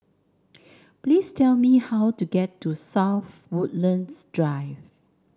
please tell me how to get to South Woodlands Drive